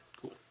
Cool